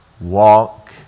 walk